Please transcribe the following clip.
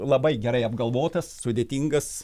labai gerai apgalvotas sudėtingas